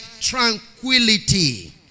tranquility